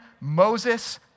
Moses